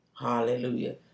Hallelujah